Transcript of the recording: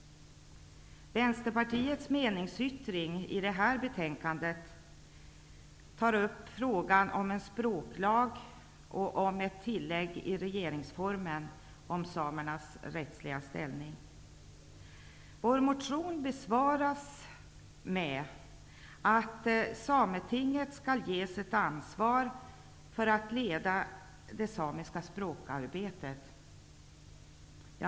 Vänsterpartiets meningsyttring i det här betänkandet tar upp frågan om en språklag och om ett tillägg i regeringsformen om samernas rättsliga ställning. Vår motion besvaras med att Sametinget skall ges ett ansvar för att leda det samiska språkarbetet.